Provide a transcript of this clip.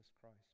Christ